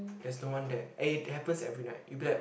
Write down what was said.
there is no one there and it happens every night you'll be like